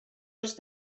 els